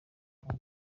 kandi